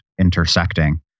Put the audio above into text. intersecting